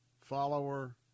follower